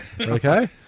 Okay